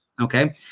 okay